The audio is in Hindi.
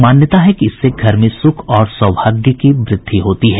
मान्यता है कि इससे घर में सुख और सौभाग्य की वृद्धि होती है